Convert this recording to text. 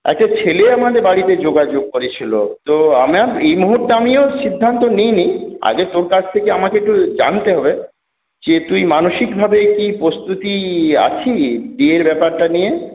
একটা ছেলে আমাদের বাড়িতে যোগাযোগ করেছিল তো আমার এই মুহূর্তে আমিও সিদ্ধান্ত নিইনি আগে তোর কাছ থেকে আমাকে একটু জানতে হবে যে তুই মানসিকভাবে কি প্রস্তুতি আছি বিয়ের ব্যাপারটা নিয়ে